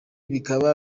bikaba